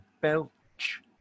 belch